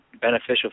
beneficial